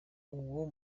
uwo